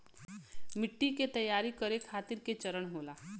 मिट्टी के तैयार करें खातिर के चरण होला?